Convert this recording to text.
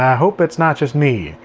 ah hope it's not just me,